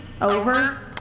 Over